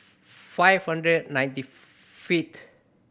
five hundred and ninety fifth